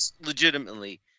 legitimately